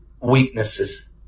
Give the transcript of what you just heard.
Weaknesses